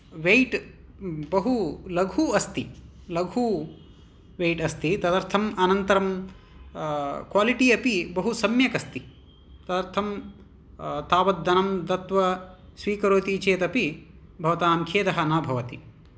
white बहु लघु अस्ति लघु वैट् अस्ति तदर्थम् अनन्तरं क्वालिटी अपि बहु सम्यक् अस्ति तदर्थं तावद् धनं दत्वा स्वीकरोति चेदपि भवतां खेदः न भवति